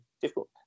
difficult